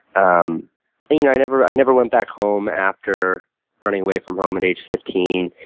um and you know i never i never went back home after running away from home at age fifteen.